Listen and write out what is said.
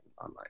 online